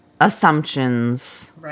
assumptions